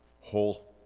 Whole